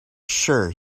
sure